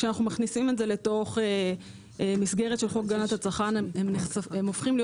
כשאנחנו מכניסים את זה לתוך מסגרת של חוק הגנת הצרכן הם הופכים להיות